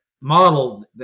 model